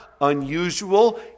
unusual